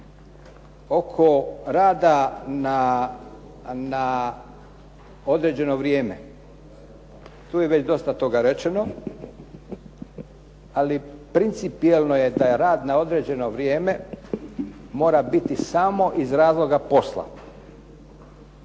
Oko rada na određeno vrijeme, tu je već dosta toga rečeno. Ali principijelno je da je rad na određeno vrijeme mora biti samo iz razloga posla.